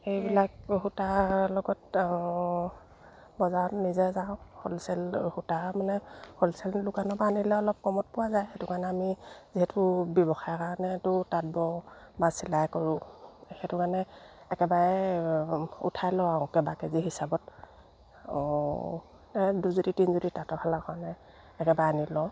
সেইবিলাক সূতাৰ লগত বজাৰত নিজে যাওঁ হ'লচেল সূতা মানে হ'লচেল দোকানৰপৰা আনিলে অলপ কমত পোৱা যায় সেইটো কাৰণে আমি যিহেতু ব্যৱসায় কাৰণেেতো তাঁত বওঁ বা চিলাই কৰোঁ সেইটো কাৰণে একেবাৰে উঠাই লওঁ আৰু কেইবা কে জি হিচাপত এই দুজুতি তিনিজুতি তাঁতৰশালৰ কাৰণে একেবাৰে আনি লওঁ